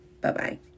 Bye-bye